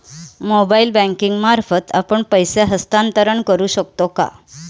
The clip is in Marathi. मोबाइल बँकिंग मार्फत आपण पैसे हस्तांतरण करू शकतो का?